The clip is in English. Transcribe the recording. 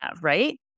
right